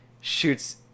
shoots